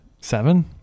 seven